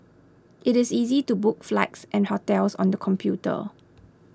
it is easy to book flights and hotels on the computer